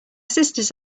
sisters